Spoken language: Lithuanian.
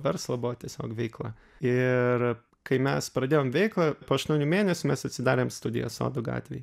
verslo buvo tiesiog veikla ir kai mes pradėjom veiklą po aštuonių mėnesių mes atsidarėm studiją sodų gatvėj